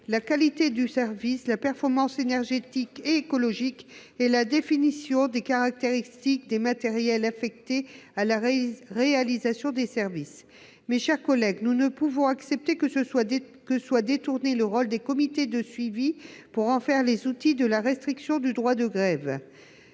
la qualité de service, la performance énergétique et écologique et la définition des caractéristiques des matériels affectés à la réalisation des services ». Mes chers collègues, nous ne pouvons accepter que ces comités deviennent des outils de restriction du droit de grève